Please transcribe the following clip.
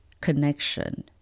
connection